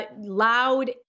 loud